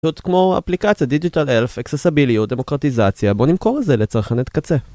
פשוט כמו אפליקציה, דיגיטל אלף, אקססביליות, דמוקרטיזציה, בוא נמכור את זה לצרכניות קצה